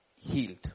healed